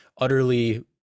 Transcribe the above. utterly